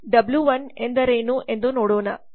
W 1ಎಂದರೇನು ಎಂದು ನೋಡೋಣ